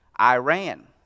Iran